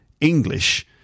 English